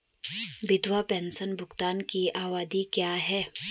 विधवा पेंशन भुगतान की अवधि क्या है?